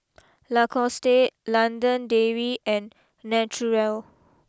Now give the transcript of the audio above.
Lacoste London Dairy and Naturel